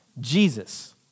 Jesus